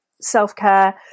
self-care